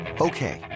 Okay